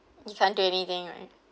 you can't do anything right